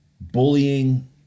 bullying